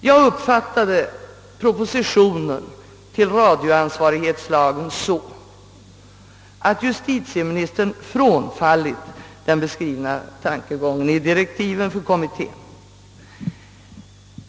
Jag uppfattade propositionen till radioansvarighetslag så, att justitieministern frånfallit den beskrivna tankegången i direktiven för kommittén.